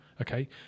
okay